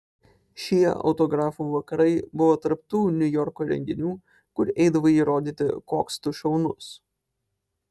šie autografų vakarai buvo tarp tų niujorko renginių kur eidavai įrodyti koks tu šaunus